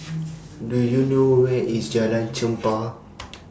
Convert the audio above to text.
Do YOU know Where IS Jalan Chempah